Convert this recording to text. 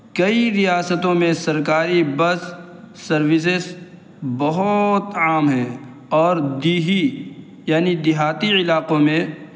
کئی ریاستوں میں سرکاری بس سروسز بہت عام ہیں اور دیہی یعنی دیہاتی علاقوں میں